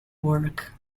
work